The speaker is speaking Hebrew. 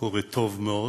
קורה טוב מאוד,